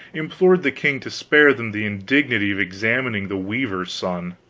implored the king to spare them the indignity of examining the weaver's son.